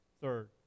Third